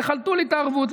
תחלטו לי את הערבות,